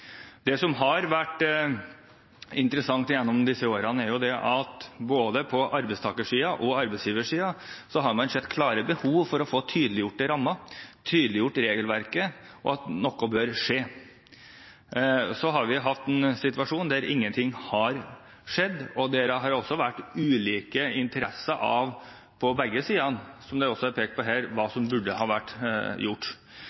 Det som har vært interessant gjennom disse årene, er at både på arbeidstakersiden og arbeidsgiversiden har man sett klare behov for å få tydeliggjort rammene, få tydeliggjort regelverket, og at noe bør skje. Så har vi hatt en situasjon der ingenting har skjedd, og det har også vært ulike interesser på begge sider, som det også er pekt på her, med tanke på hva som burde ha vært gjort.